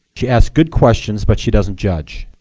she asks good questions, but she doesn't judge.